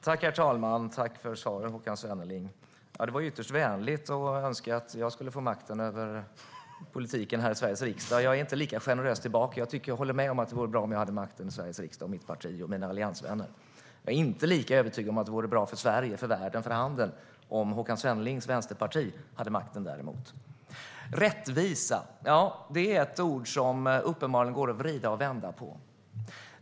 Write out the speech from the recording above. Herr talman! Tack för svaren, Håkan Svenneling! Det var ytterst vänligt att önska att jag ska få makten över politiken här i Sveriges riksdag. Jag är inte lika generös tillbaka, men jag håller med om att det vore bra om jag, mitt parti och mina alliansvänner hade makten i Sveriges riksdag. Jag är däremot inte lika övertygad om att det vore bra för Sverige, världen eller handeln om Håkan Svennelings vänsterparti hade makten. Rättvisa - det är ett ord som det uppenbarligen går att vrida och vända på.